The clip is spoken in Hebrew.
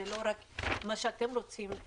זה לא רק מה שאתם רוצים,